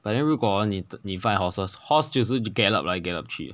but then 如果 hor 你 fight horses horses 只是 gallop 来 gallop 去